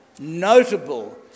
notable